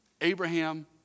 Abraham